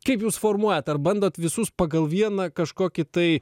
kaip jūs formuojat ar bandot visus pagal vieną kažkokį tai